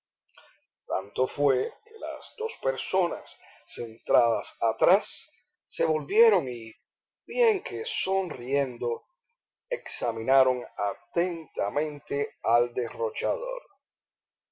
tanto fué que las dos personas sentadas atrás se volvieron y bien que sonriendo examinaron atentamente al derrochador